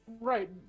right